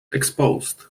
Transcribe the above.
exposed